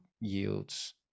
yields